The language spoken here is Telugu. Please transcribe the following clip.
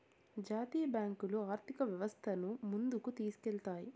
జాతీయ బ్యాంకులు ఆర్థిక వ్యవస్థను ముందుకు తీసుకెళ్తాయి